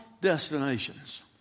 destinations